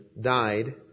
died